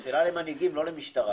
זו שאלה למנהיגים, לא למשטרה.